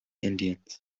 indians